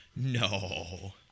No